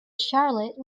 charlotte